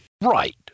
Right